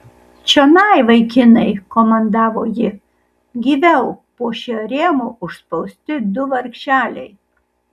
čionai vaikinai komandavo ji gyviau po šiuo rėmo užspausti du vargšeliai